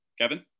Kevin